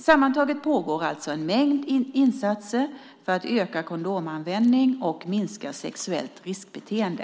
Sammantaget pågår alltså en mängd insatser för att öka kondomanvändning och minska sexuellt riskbeteende.